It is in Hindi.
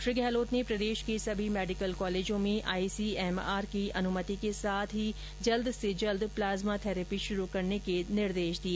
श्री गहलोत ने प्रदेश के सभी मेडिकल कॉलेजों में आईसीएमआर की अनुमति के साथ जल्द से जल्द प्लाज्मा थैरेपी शुरू करने के निर्देश दिए